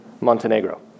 Montenegro